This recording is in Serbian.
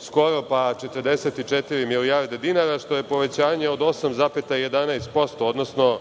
skoro pa 44 milijarde dinara, što je povećanje od 8,11%, odnosno